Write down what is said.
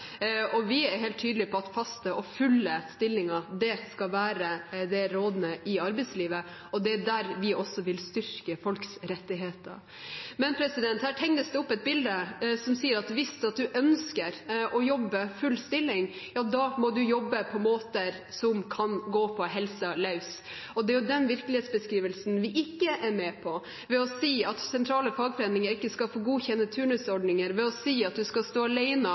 det. Vi er helt tydelige på at faste og fulle stillinger skal være det rådende i arbeidslivet, og det er der vi også vil styrke folks rettigheter. Men her tegnes det opp et bilde av at hvis en ønsker å jobbe full stilling, ja, da må en jobbe på måter som kan gå på helsa løs. Det er den virkelighetsbeskrivelsen vi ikke er med på, ved å si at sentrale fagforeninger ikke skal få godkjenne turnusordninger, ved å si at en skal stå